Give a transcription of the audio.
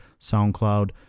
soundcloud